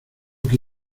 que